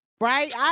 Right